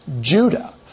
Judah